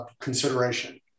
consideration